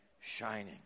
shining